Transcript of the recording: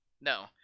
No